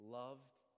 loved